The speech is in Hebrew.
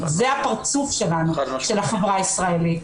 זה הפרצוף שלנו, של החברה הישראלית.